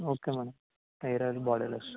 okay madam hair oil body lotion